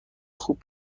خوب